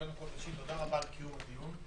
קודם כול, תודה רבה על קיום הדיון.